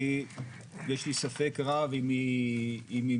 כי יש לי ספק רב אם היא מאחורינו,